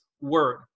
word